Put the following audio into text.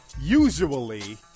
Usually